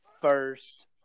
first